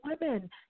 women